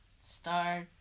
start